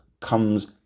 comes